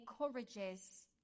encourages